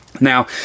Now